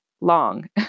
Long